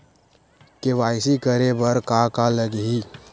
KYC करे बर का का लगही?